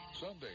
Sunday